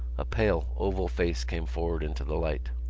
a pale, oval face came forward into the light.